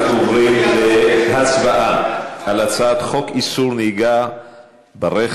אנחנו עוברים להצבעה על הצעת חוק איסור נהיגה ברכב